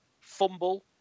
FUMBLE